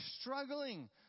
struggling